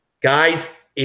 guys